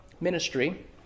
ministry